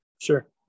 Sure